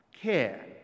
care